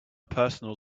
personal